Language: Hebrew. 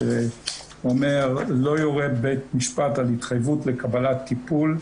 שאומר "לא יורה בית משפט על התחייבות לקבלת טיפול,